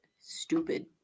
stupid